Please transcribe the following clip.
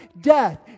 death